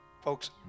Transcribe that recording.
Folks